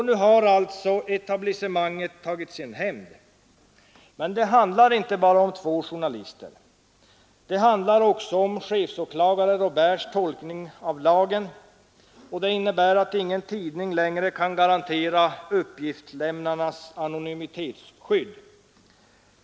Nu har alltså etablissementet tagit sin hämnd. Men det handlar inte bara om två journalister. Det handlar också om att chefsåklagare Robérts tolkning av lagen innebär att ingen tidning längre kan garantera uppgiftslämnarnas anonymitetsskydd.